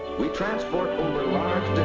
we transport over large